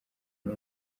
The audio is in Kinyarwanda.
n’u